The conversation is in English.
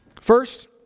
First